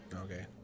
Okay